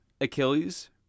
Achilles